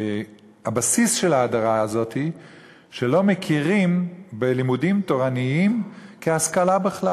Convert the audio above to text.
הבסיס של ההדרה הזאת הוא שלא מכירים בלימודים תורניים כהשכלה בכלל.